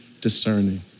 discerning